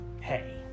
Hey